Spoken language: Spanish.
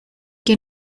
que